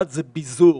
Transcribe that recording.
אחד, ביזור,